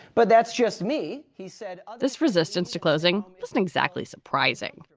but that's just me he said ah this resistance to closing isn't exactly surprising.